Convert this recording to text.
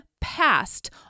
past